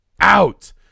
out